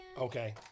Okay